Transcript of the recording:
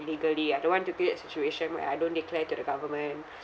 legally I don't want to create a situation where I don't declare to the government